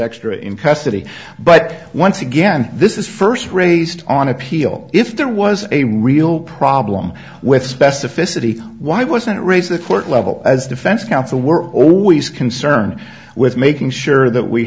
extra in custody but once again this is first raised on appeal if there was a real problem with specificity why wasn't raise the court level as defense counsel we're always concerned with making sure that we